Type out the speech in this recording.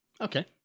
Okay